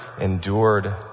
endured